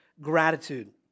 gratitude